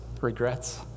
regrets